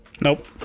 Nope